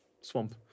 swamp